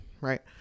right